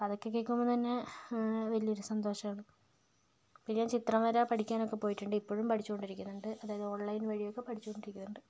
അതൊക്കെ കേൾക്കുമ്പോൾ തന്നെ വലിയൊരു സന്തോഷമാണ് പിന്നെ ചിത്രം വര പഠിക്കാനൊക്കെ പോയിട്ടുണ്ട് ഇപ്പോഴും പഠിച്ചുകൊണ്ടിരിക്കുന്നുണ്ട് അതായത് ഓൺലൈൻ വഴിയൊക്കെ പഠിച്ചുകൊണ്ടിരിക്കുന്നുണ്ട്